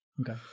Okay